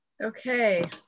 Okay